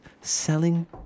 selling